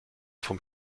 vom